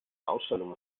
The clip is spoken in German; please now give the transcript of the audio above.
ausstellung